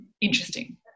interesting